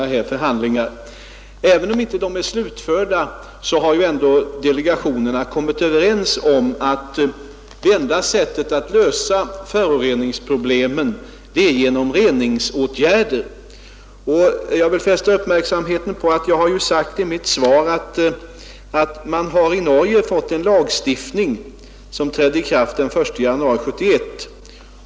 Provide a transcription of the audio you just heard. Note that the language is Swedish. Även om dessa förhandlingar inte är slutförda har delegationerna kommit överens om att det enda sättet att lösa föroreningsproblemen är att vidtaga reningsåtgärder. Jag vill också fästa uppmärksamheten på att jag i mitt svar har sagt att man i Norge har fått en lagstiftning, som trädde i kraft 1 januari 1971.